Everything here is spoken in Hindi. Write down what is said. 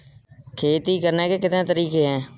खेती करने के कितने तरीके हैं?